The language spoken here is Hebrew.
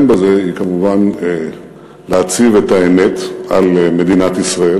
בזה היא כמובן להציב את האמת על מדינת ישראל,